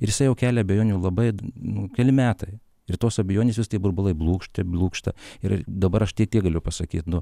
ir jisai jau kelia abejonių labai nu keli metai ir tos abejonės vis tie burbulai blūkšte blūkšta ir ir dabar aš tik tiek galiu pasakyt nu